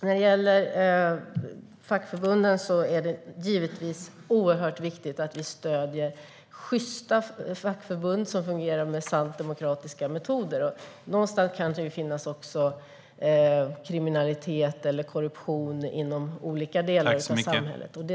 När det gäller fackförbunden är det givetvis oerhört viktigt att vi stöder sjysta fackförbund som fungerar med sant demokratiska metoder, men vi ska inte blunda för att det kan finnas kriminalitet eller korruption inom olika delar av samhället.